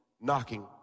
knocking